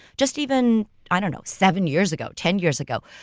just even you know seven years ago, ten years ago,